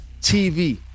TV